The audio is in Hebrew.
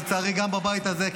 לצערי גם בבית הזה.